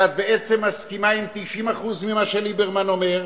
ואת בעצם מסכימה עם 90% ממה שליברמן אומר,